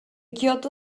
kyoto